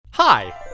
Hi